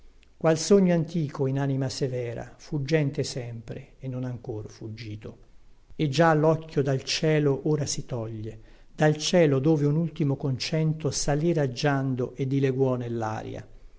qual sogno antico in anima severa fuggente sempre e non ancor fuggito e già locchio dal cielo ora si toglie dal cielo dove un ultimo concento salì raggiando e dileguò nellaria